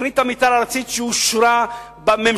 תוכנית המיתאר הארצית שאושרה בממשלה,